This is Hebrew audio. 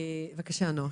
נעה, בבקשה.